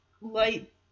light